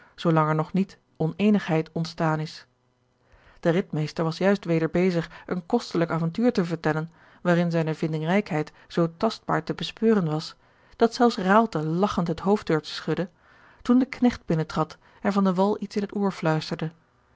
er nog niet oneenigheid ontstaan is de ridmeester was juist weder bezig een kostelijk avontuur te vertellen waarin zijne vindingrijkheid zoo tastbaar te bespeuren was dat zelfs raalte lagchend het hoofd durfde schudden toen de knecht binnentrad en van de wall iets in het oor fluisterde